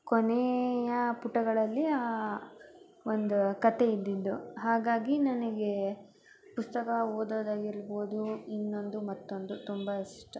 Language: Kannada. ಕೊನೆಯ ಪುಟಗಳಲ್ಲಿ ಆ ಒಂದು ಕಥೆ ಇದ್ದಿದ್ದು ಹಾಗಾಗಿ ನನಗೆ ಪುಸ್ತಕ ಓದೋದಾಗಿರ್ಬೌದು ಇನ್ನೊಂದು ಮತ್ತೊಂದು ತುಂಬ ಇಷ್ಟ